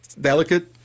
delicate